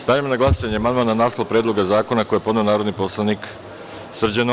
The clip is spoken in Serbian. Stavljam na glasanje amandman na naslov Predloga zakona koji je podneo narodni poslanik Srđan Nogo.